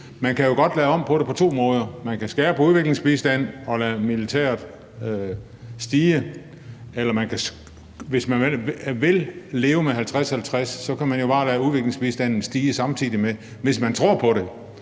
Man kan jo godt lave om på det på to måder. Man kan skære på udviklingsbistanden og lade udgiften til militæret stige – eller hvis man vil leve med 50-50, kan man jo bare lade udviklingsbistanden stige samtidig, hvis man tror på det.